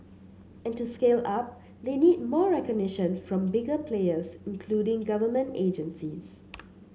and to scale up they need more recognition from bigger players including government agencies